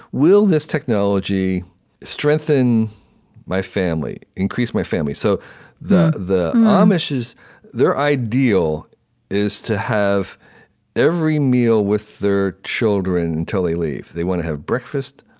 will this technology strengthen my family, increase my family? so the the amish, their ideal is to have every meal with their children until they leave. they want to have breakfast,